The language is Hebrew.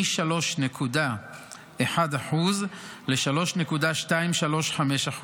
מ-3.1% ל-3.235%.